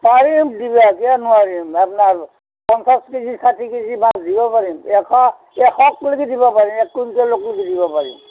কালি দিব এতিয়া নোৱাৰিম আপোনাৰ পঞ্চাছ কেজি ষাঠি কেজি মাছ দিব পাৰিম এশ এশ কেজি দিব পাৰিম এক কুইণ্টেলৰ লৈকে বিকিব পাৰিম